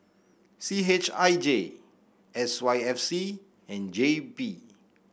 C H I J S Y F C and J P